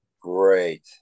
Great